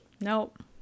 Nope